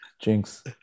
jinx